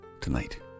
tonight